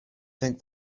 think